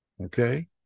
Okay